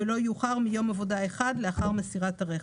ולא יאוחר מיום עבודה אחד לאחר מסירת הרכב.